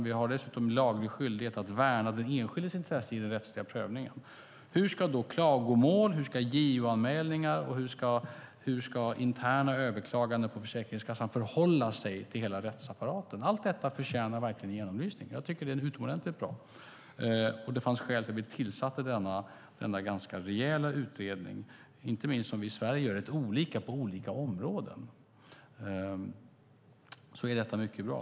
Vi har dessutom laglig skyldighet att värna den enskildes intresse i den rättsliga prövningen. Hur ska då klagomål, JO-anmälningar och interna överklaganden på Försäkringskassan förhålla sig till hela rättsapparaten? Allt detta förtjänar verkligen en genomlysning. Jag tycker att det är utomordentligt bra. Det fanns skäl till att vi tillsatte denna ganska rejäla utredning. Inte minst eftersom vi i Sverige gör rätt olika på olika områden är detta mycket bra.